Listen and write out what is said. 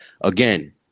Again